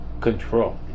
control